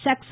சாக்ச